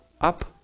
up